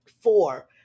four